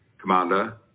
Commander